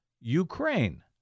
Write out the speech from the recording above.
Ukraine